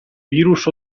virus